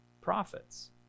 profits